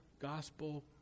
gospel